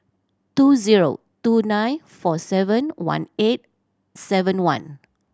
two zero two nine four seven one eight seven one